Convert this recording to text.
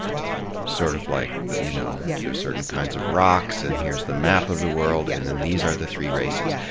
that's right. sort of like, you know, yeah there's certain kinds of rocks and here's the map of the world and then these are the three races. yeah